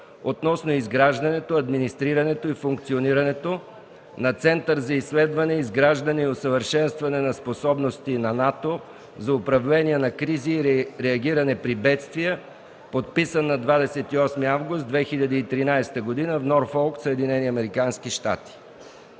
относно изграждането, администрирането и функционирането на Център за изследване, изграждане и усъвършенстване на способности на НАТО за управление на кризи и реагиране при бедствия, подписан на 28 август 2013 г. в Норфолк,